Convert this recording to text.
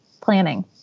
planning